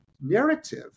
narrative